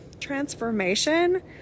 transformation